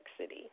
City